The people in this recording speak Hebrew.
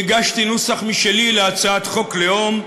הגשתי נוסח משלי להצעת חוק לאום.